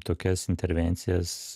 tokias intervencijas